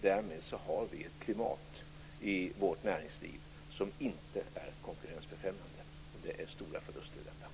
Därmed har vi ett klimat i vårt näringsliv som inte är konkurrensbefrämjande, och det ligger stora förluster i detta.